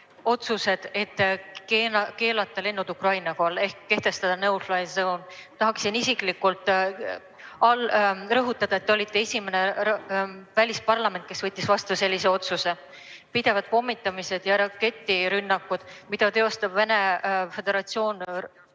selleks et keelata lennud Ukraina kohal ehk kehtestadano-fly zone. Tahaksin isiklikult rõhutada, et te olite esimene välisparlament, kes võttis vastu sellise otsuse. Pidevad pommitamised ja raketirünnakud, mida teostab Venemaa Föderatsioon rahumeelsete